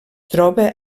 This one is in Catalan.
troba